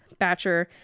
Batcher